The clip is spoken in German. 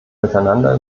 miteinander